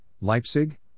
Leipzig